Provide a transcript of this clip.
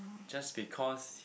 just because